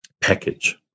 package